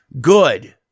good